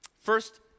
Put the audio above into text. First